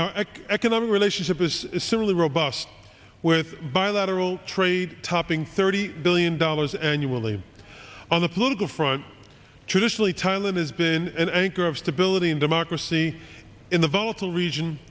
exercise economic relationship is simply robust with bilateral trade topping thirty billion dollars annually on the political front traditionally thailand has been an anchor of stability and democracy in the volatile region